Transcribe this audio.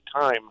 time